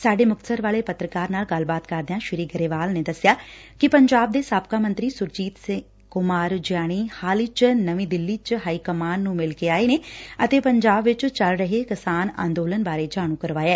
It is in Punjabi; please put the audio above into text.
ਸਾਡੇ ਮੁਕਤਸਰ ਵਾਲੇ ਪੱਤਰਕਾਰ ਨਾਲ ਗੱਲਬਾਤ ਕਰਦਿਆਂ ਸ੍ਰੀ ਗਰੇਵਾਲ ਨੇ ਦਸਿਆ ਕਿ ਪੰਜਾਬ ਦੇ ਸਾਬਕਾ ਮੰਤਰੀ ਸੁਰਜੀਤ ਕੁਮਾਰ ਜਿਆਣੀ ਹਾਲ ਚ ਨਵੀ ਦਿੱਲੀ ਵਿਚ ਹਾਈਕਮਾਨ ਨੂੰ ਮਿਲ ਕੇ ਆਏ ਨੇ ਅਤੇ ਪੰਜਾਬ ਵਿਚ ਚੱਲ ਰਹੇ ਕਿਸਾਨ ਅੰਦੋਲਨ ਬਾਰੇ ਜਾਣੂ ਕਰਵਾਇਐ